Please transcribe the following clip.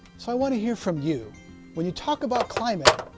so i want to hear from you when you talk about climate.